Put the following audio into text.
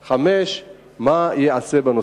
5. מה ייעשה בנושא?